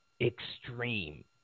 extreme